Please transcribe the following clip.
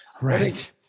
Right